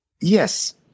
Yes